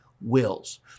wills